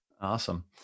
Awesome